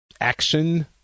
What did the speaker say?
action